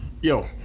Yo